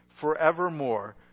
forevermore